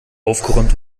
aufgeräumt